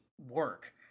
work